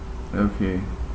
okay